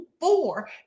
four